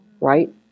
right